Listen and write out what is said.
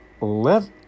let